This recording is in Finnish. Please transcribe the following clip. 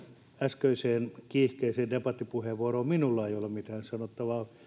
äskeiseen kiihkeään debattipuheenvuoroon minulla ei ole mitään sanottavaa